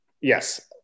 yes